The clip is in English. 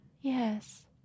Yes